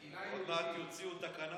עוד מעט יוציאו תקנה